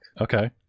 Okay